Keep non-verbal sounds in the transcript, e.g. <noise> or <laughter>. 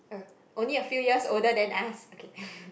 oh only a few years older than us okay <breath>